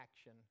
action